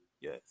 yes